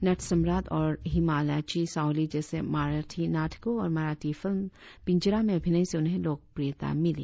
नटसम्राट और हिमालयाची साओली जैसे मराठी नाटकों और मराठी फिल्म पिंजरा में अभिनय से उन्हें लोकप्रियता मिली